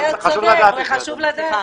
חשוב לדעת את זה.